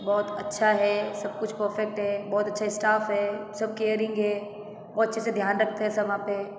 बहुत अच्छा है सब कुछ परफेक्ट है बहुत अच्छा स्टाफ है सब केयरिंग है बहुत अच्छे से ध्यान रखते हैं सब वहाँ पर